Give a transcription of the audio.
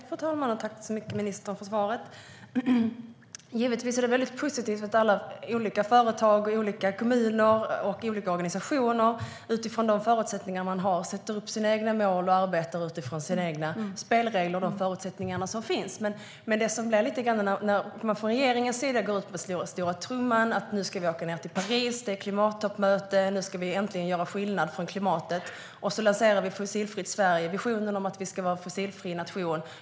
Fru talman! Jag tackar ministern så mycket för svaret. Givetvis är det väldigt positivt att alla olika företag, kommuner och organisationer utifrån de förutsättningar de har sätter upp sina egna mål och arbetar utifrån sina egna spelregler och de förutsättningar som finns. Men från regeringens sida slår man på stora trumman. Nu ska vi åka ned till Paris på klimattoppmöte! Nu ska vi äntligen göra skillnad för klimatet! Nu lanserar vi Fossilfritt Sverige, visionen om att vi ska vara en fossilfri nation!